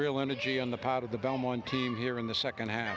real energy on the part of the belmont team here in the second ha